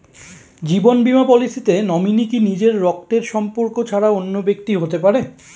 জীবন বীমা পলিসিতে নমিনি কি নিজের রক্তের সম্পর্ক ছাড়া অন্য ব্যক্তি হতে পারে?